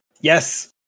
Yes